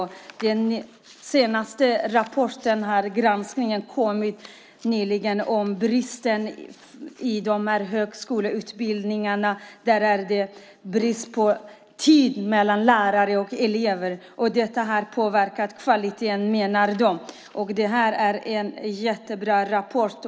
I sin rapport menar de att bristen på tid mellan lärare och elever har påverkat kvaliteten. Det är en bra rapport.